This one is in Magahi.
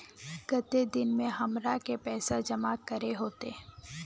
केते दिन में हमरा के पैसा जमा करे होते?